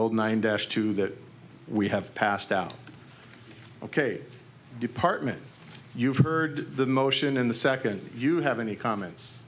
old nine dash two that we have passed out ok department you've heard the motion in the second you have any comments